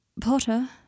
Potter